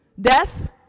Death